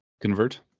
Convert